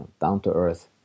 down-to-earth